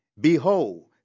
Behold